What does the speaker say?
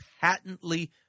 patently